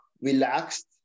relaxed